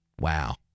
Wow